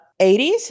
80s